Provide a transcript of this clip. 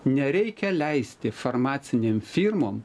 nereikia leisti farmacinėm firmom